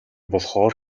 болохоор